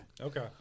Okay